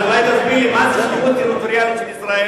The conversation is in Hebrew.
אז אולי תסביר לי מה זה "גבולות טריטוריאליים של ישראל"?